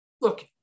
look